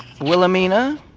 Wilhelmina